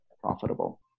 profitable